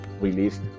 released